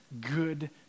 good